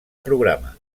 programa